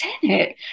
senate